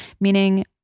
meaning